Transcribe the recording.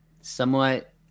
somewhat